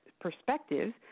Perspectives